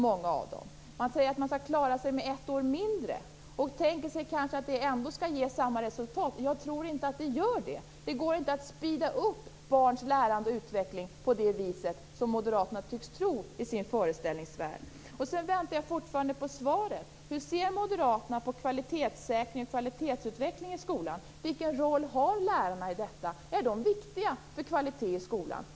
Man säger att de skall klara sig med ett år mindre och tänker sig att det kanske ändå skall ge samma resultat. Jag tror inte att det gör det. Det går inte att speeda upp barns lärande och utveckling på det sätt som moderaterna tycks tro i sin föreställningsvärld. Jag väntar fortfarande på svaret på frågan: Hur ser moderaterna på kvalitetssäkring och kvalitetsutveckling i skolan? Vilken roll har lärarna i detta? Är de viktiga för kvalitet i skolan?